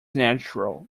natural